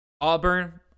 Auburn